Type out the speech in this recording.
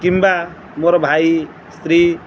କିମ୍ବା ମୋର ଭାଇ ସ୍ତ୍ରୀ